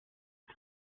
his